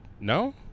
no